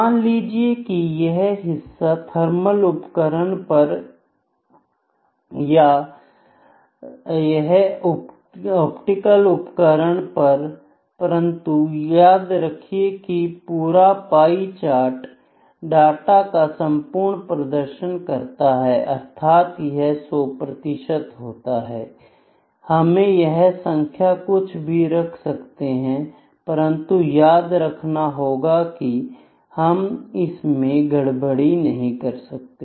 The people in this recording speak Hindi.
मान लीजिए कि यह हिस्सा थर्मल उपकरण पर यह ऑप्टिकल उपकरण पर परंतु याद रखिए कि पूरा पाई चार्ट डाटा का संपूर्ण प्रदर्शन करता है अर्थात यह 100 होता है हम यहां संख्या कुछ भी रख सकते हैं परंतु याद रखना होगा कि हम इसमें गड़बड़ी नहीं कर सकते